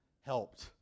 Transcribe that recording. helped